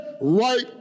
right